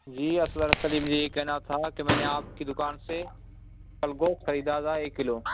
جی اصغر سلیم جی یہ کہنا تھا کہ میں نے آپ کی دکان سے کل گوشت خریدا تھا ایک کلو